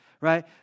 Right